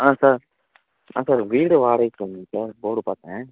ஆ sir ஆ sir வீடு வாடகைக்கு வேணும் சார் போர்டு பார்த்தேன்